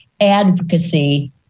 advocacy